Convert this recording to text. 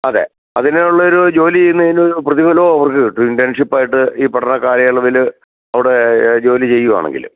അതെ അതിനുള്ളൊരു ജോലി ചെയ്യുന്നതിന് പ്രതിഫലവും അവർക്ക് കിട്ടും ഇൻറ്റേൺഷിപ്പായിട്ട് ഈ പഠന കാലയളവിൽ അവിടെ ജോലി ചെയ്യുകയാണെങ്കിൽ